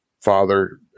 father